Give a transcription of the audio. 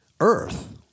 earth